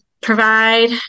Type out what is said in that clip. provide